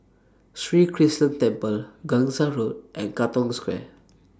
Sri Krishnan Temple Gangsa Road and Katong Square